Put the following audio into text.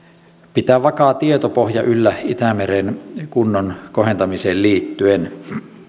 pitää vakaa tietopohja yllä itämeren kunnon kohentamiseen liittyen